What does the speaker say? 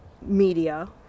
media